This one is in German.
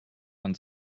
man